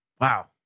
wow